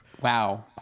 wow